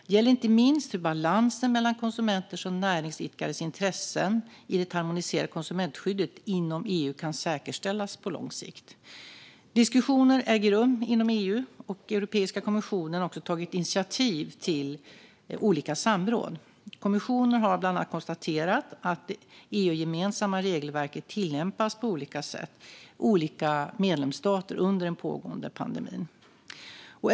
Det gäller inte minst hur balansen mellan konsumenters och näringsidkares intressen i det harmoniserade konsumentskyddet inom EU kan säkerställas på lång sikt. Diskussioner äger rum inom EU, och Europeiska kommissionen har tagit initiativ till olika samråd. Kommissionen har bland annat konstaterat att det EU-gemensamma regelverket tillämpas på olika sätt i olika medlemsstater under den pågående pandemin.